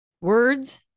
Words